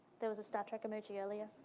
there was a star trek emoji earlier.